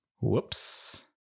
Whoops